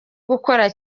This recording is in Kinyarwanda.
gukora